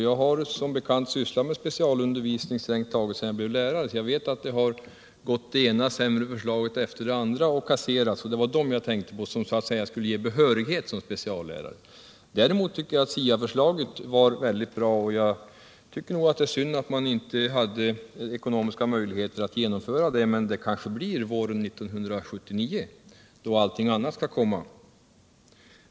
Jag har som bekant sysslat med specialundervisning strängt taget sedan jag blev lärare, så jag vet att det ena förslaget sämre än det andra har lagts fram och kasserats. Det var dem jag tänkte på som skulle ge behörighet som speciallärare. Däremot tycker jag att SIA-förslaget var mycket bra, och det är synd att man inte har haft ekonomiska möjligheter att genomföra det — men det kanske sker något våren 1979, då allt annat skall komma.